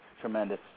Tremendous